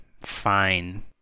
fine